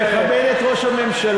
אני מכבד את ראש הממשלה,